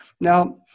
Now